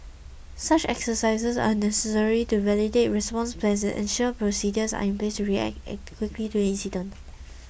such exercises are necessary to validate response plans and sure procedures are in place to react act quickly to an incident